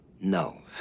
No